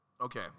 Okay